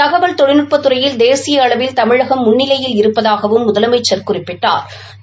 தகவல் தொழில்நட்பத்துறையில் தேசிய அளவில் தமிழகம் முன்னிலையில் இருப்பதாகவும் முதலமைச்ச் குறிப்பிட்டா்